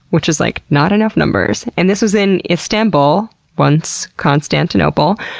which is like, not enough numbers. and this was in istanbul, once constantinople,